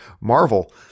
Marvel